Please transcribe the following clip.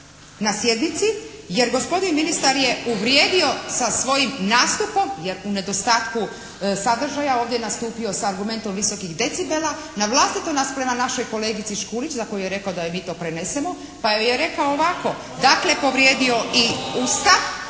na sjednici jer gospodin ministar je uvrijedio sa svojim nastupom jer u nedostatku sadržaja ovdje je nastupio sa argumentom visokih decibela navlastito prema našoj kolegici Škulić za koju je rekao da joj mi to prenesemo. Pa joj je rekao ovako. Dakle povrijedio i Ustav.